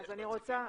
חגית,